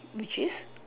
which is